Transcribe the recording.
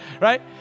Right